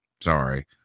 Sorry